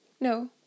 No